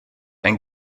ein